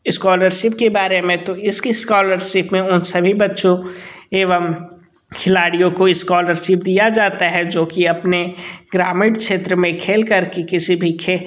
scholarship के बारे में तो इसकी एस्कॉलरसिप में उन सभी बच्चों एवं खिलाड़ियों को एस्कॉलरसिप दिया जाता है जो कि अपने ग्रामीण क्षेत्र मे खेल कर के किसी भी खे